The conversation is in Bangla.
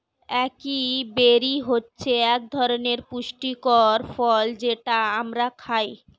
একাই বেরি হচ্ছে একধরনের পুষ্টিকর ফল যেটা আমরা খাই